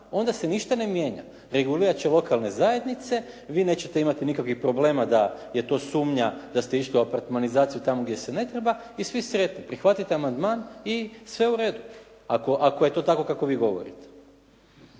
Onda se ništa ne mijenja. Regulirat će lokalne zajednice, vi nećete imati nikakvih problema da je to sumnja da ste išli u apartmanizaciju tamo gdje se ne treba i svi sretni. Prihvatite amandman i sve u redu. Ako, ako je to tako kako vi govorite.